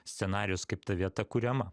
scenarijus kaip ta vieta kuriama